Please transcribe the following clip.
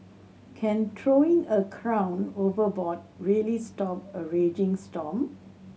can throwing a crown overboard really stop a raging storm